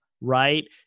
Right